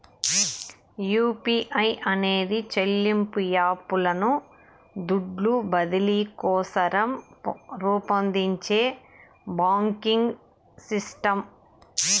UPI అనేది చెల్లింపు app లను దుడ్లు బదిలీ కోసరం రూపొందించే బాంకింగ్ సిస్టమ్